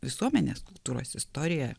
visuomenės kultūros istorija